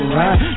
right